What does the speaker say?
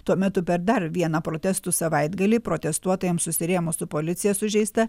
tuo metu per dar vieną protestų savaitgalį protestuotojams susirėmus su policija sužeista